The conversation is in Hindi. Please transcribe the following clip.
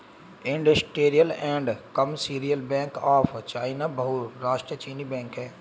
industrial and commercial bank of China बहुराष्ट्रीय चीनी बैंक है